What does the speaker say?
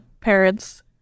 parents